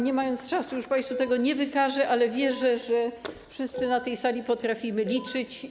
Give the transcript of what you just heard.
Nie mając czasu, już państwu tego nie wykażę, ale wierzę, że wszyscy na tej sali potrafimy liczyć.